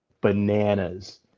bananas